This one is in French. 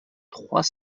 trois